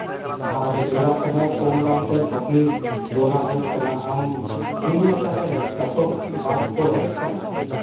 ᱟᱨ ᱡᱚᱨᱟ ᱠᱚᱦᱚᱸ ᱠᱚᱢ ᱫᱟᱢᱛᱮ ᱵᱷᱟᱜᱤ ᱡᱚᱨᱟ ᱦᱮᱡ ᱟᱠᱟᱱᱟ ᱟᱢ ᱵᱷᱟᱜᱤ ᱤᱫᱤᱭᱢᱮ ᱛᱟᱦᱚᱞᱮ ᱪᱟᱥᱚᱜ ᱵᱟᱛ ᱛᱚ ᱦᱮᱡ ᱟᱠᱟᱱᱟ